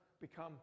become